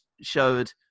showed